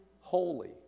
Holy